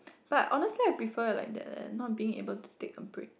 but honestly I prefer like that leh not being able to take a break